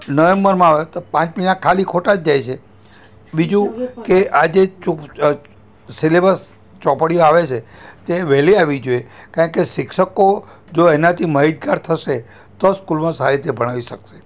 નવેમ્બરમાં અવે તો પાંચ મહિના ખાલી ખોટા જ જાય છે બીજું કે આ જે સિલેબસ ચોપડીઓ આવે છે તે વહેલી આવી જોઇએ કારણ કે શિક્ષકો જો એનાથી માહિતગાર થશે તો સ્કૂલમાં સારી રીતે ભણાવી શકશે